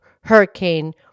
hurricane